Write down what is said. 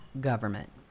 government